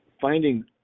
finding